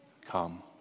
come